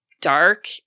dark